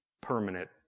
permanent